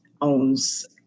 owns